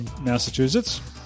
Massachusetts